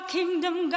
Kingdom